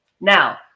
Now